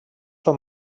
són